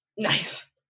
Nice